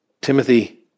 Timothy